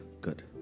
Good